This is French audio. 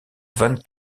vingt